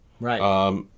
Right